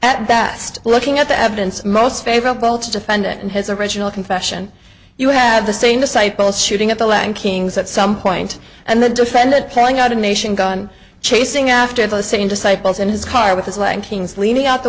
that looking at the evidence most favorable to defendant and his original confession you have the same disciple shooting at the latin kings at some point and the defendant playing out a nation gun chasing after the same disciples in his car with his leg pains leaning out the